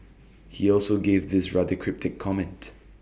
he also gave this rather cryptic comment